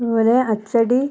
അതുപോലെ അച്ചടി